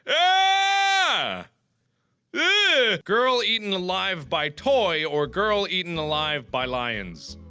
ah girl eaten alive by toy or girl eaten alive by lions